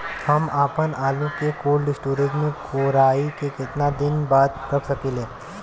हम आपनआलू के कोल्ड स्टोरेज में कोराई के केतना दिन बाद रख साकिले?